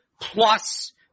plus